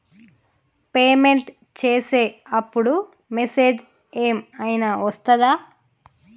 Payment చేసే అప్పుడు message ఏం ఐనా వస్తదా?